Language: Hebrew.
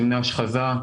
שמני השחזה,